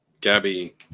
Gabby